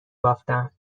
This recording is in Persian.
بافتم